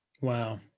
Wow